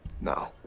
No